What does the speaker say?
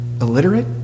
illiterate